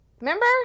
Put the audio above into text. Remember